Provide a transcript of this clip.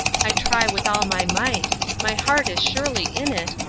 i try with all my might my heart is surely in it,